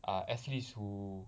err athletes who